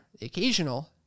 occasional